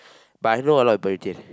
but I know a lot of people retain